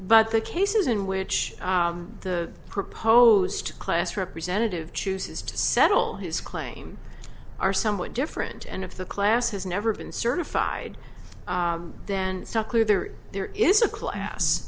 but the cases in which the proposed class representative chooses to settle his claim are somewhat different and if the class has never been certified then sucker there there is a class